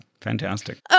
Fantastic